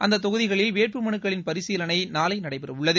அந்த தொகுதிகளில் வேட்பு மனுக்களின் பரிசீலனை நாளை நடைபெறவுள்ளது